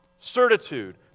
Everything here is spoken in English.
Certitude